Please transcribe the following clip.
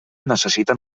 necessiten